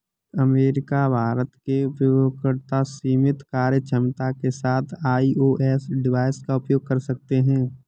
America, Bharat के उपयोगकर्ता सीमित कार्यक्षमता के साथ आई.ओ.एस डिवाइस का उपयोग कर सकते हैं